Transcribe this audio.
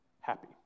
happy